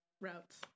routes